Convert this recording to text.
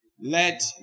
let